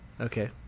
Okay